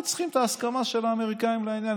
אנחנו צריכים את ההסכמה של האמריקאים לעניין.